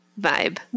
vibe